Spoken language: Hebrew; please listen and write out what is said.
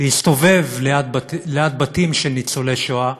להסתובב ליד בתים של ניצולי שואה